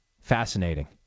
Fascinating